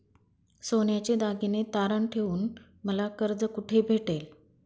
सोन्याचे दागिने तारण ठेवून मला कर्ज कुठे भेटेल?